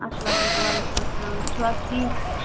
اسلام علیکُم وعلیکُم اسلام تُہۍ چھُوا حظ ٹھیٖک